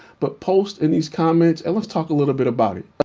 but post in these comments and let's talk a little bit about it.